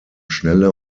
schnelle